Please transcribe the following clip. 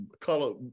color